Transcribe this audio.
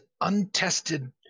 untested